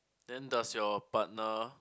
then does your partner